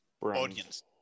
audience